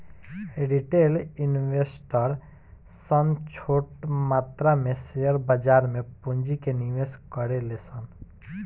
retail investor सन छोट मात्रा में शेयर बाजार में पूंजी के निवेश करेले सन